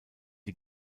die